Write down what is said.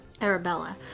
Arabella